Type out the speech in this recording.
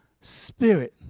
spirit